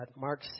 mark